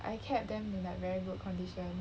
I kept them in like very good condition